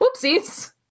Whoopsies